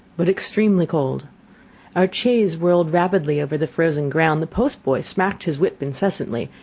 but extremely cold our chaise whirled rapidly over the frozen ground the post-boy smacked his whip incessantly,